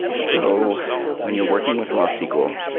so when you're working with raw sql,